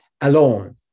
alone